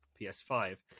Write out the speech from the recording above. PS5